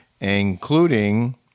including